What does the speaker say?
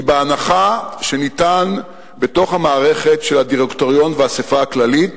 היא בהנחה שניתן בתוך המערכת של הדירקטוריון והאספה הכללית